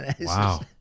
Wow